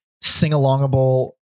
sing-alongable